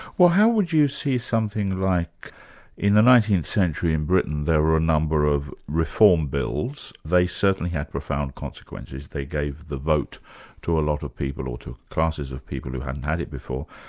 well how would you see something like in the nineteenth century in britain there were a number of reform bills they certainly had profound consequences. they gave the vote to a lot of people or to classes of people who hadn't had it before,